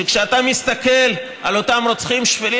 וכשאתה מסתכל על אותם רוצחים שפלים,